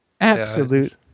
Absolute